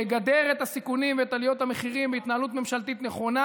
לגדר את הסיכונים ואת עליות המחירים בהתנהלות ממשלתית נכונה,